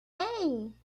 hey